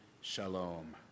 Shalom